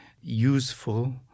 useful